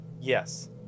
yes